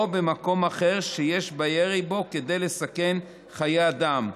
במקום אחר שיש בירי בו כדי לסכן חיי אדם,